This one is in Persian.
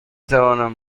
توانم